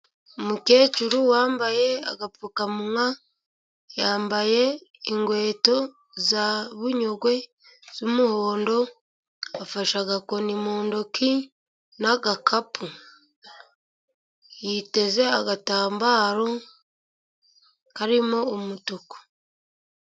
Umukecuru wambaye agapfukamunwa yambaye inkweto za bunyogwe z'umuhondo, afashe agakoni mu ntoki n'agakapu, yiteze agatambaro karimo umutuku.